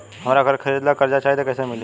हमरा घर खरीदे ला कर्जा चाही त कैसे मिली?